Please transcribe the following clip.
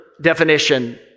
definition